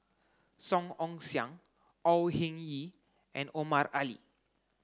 Song Ong Siang Au Hing Yee and Omar Ali